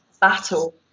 battle